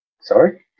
sorry